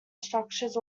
structures